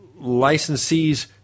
licensees